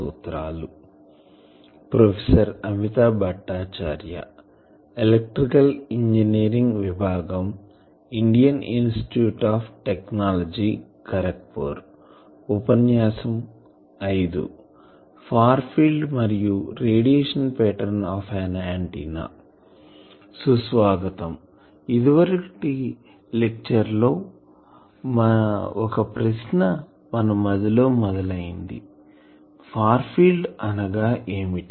సుస్వాగతం ఇదివరకటి లెక్చర్ లో ఒక ప్రశ్న మన మదిలో మొదలైయింది ఫార్ ఫీల్డ్ అనగా ఏమిటి